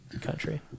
country